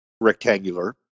rectangular